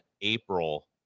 april